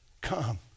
Come